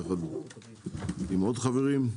יחד עם עוד חברים.